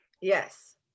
Yes